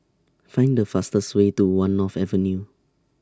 Find The fastest Way to one North Avenue